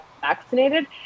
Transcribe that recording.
vaccinated